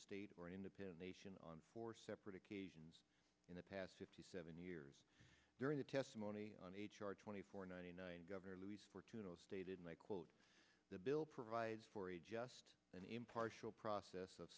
state or an independent nation on four separate occasions in the past fifty seven years during the testimony on a charge twenty four ninety nine governor luis fortuna stated my quote the bill provides for a just an impartial process of